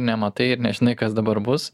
nematai ir nežinai kas dabar bus